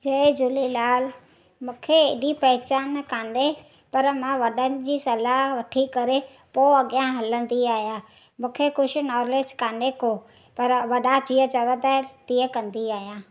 जय झूलेलाल मूंखे एॾी पहचान कान्हे पर मां वॾनि जी सलाह वठी करे पोइ अॻियां हलंदी आहियां मूंखे कुझु नॉलेज कान्हे को पर वॾा जीअं चवंदा आहिनि तीअं कंदी आहियां